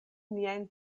mian